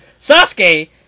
Sasuke